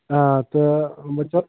آ تہٕ مَطلَب